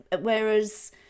whereas